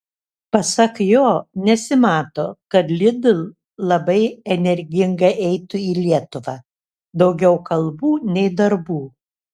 pasak jo nesimato kad lidl labai energingai eitų į lietuvą daugiau kalbų nei darbų